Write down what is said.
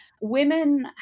women